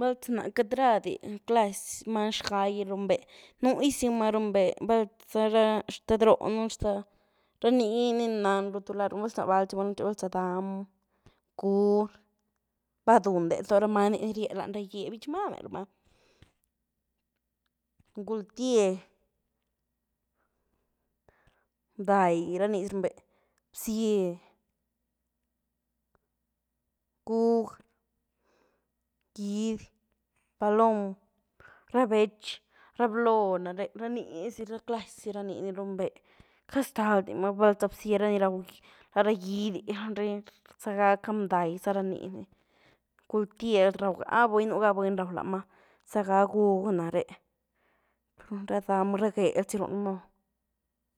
Val za na queity rá di clazy many xgá gy runbéh, nuyzy ma riunbé, val za ra xtad-róh nu’. xtad, ranii ni nanrú tu lá rama, val za ná vá valdëzima, val za dam, gur, bëduhndë, doó ra many ni rýe lany ra gýee’h, bytxy máme ramá, ngul-tye, bnday, bzýe, gúug, giidy, palom, rá béetx, rá blóoh nare’, ranii zy ra clazy zy ranii riunbe, queity ztaldy ma val za bzye, rá ni raw lará giidy, za gáka bnay, za ra nii ny, ngul-týe rawgá buny, núh gá buny rawláma, ygá gug nare, rá dam ra géel zy rúunma,